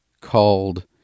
called